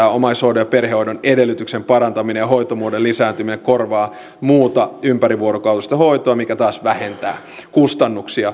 omaishoidon ja perhehoidon edellytyksien parantaminen ja hoitomuodon lisääntyminen korvaa muuta ympärivuorokautista hoitoa mikä taas vähentää kustannuksia